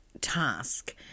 task